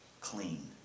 clean